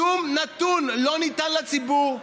שום נתון לא ניתן לציבור,